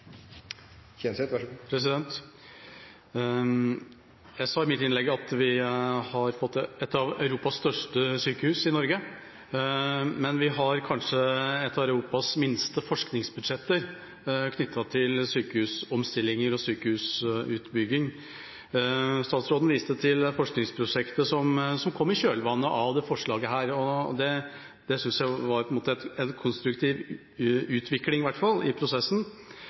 Jeg sa i mitt innlegg at vi har fått et av Europas største sykehus i Norge, men vi har kanskje et av Europas minste forskningsbudsjetter knyttet til sykehusomstillinger og sykehusutbygging. Statsråden viste til forskningsprosjektet som kom i kjølvannet av dette forslaget, og det synes jeg var en konstruktiv utvikling i hvert fall i prosessen.